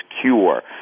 cure